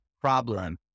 problem